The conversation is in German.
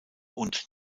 und